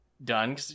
done